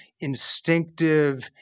instinctive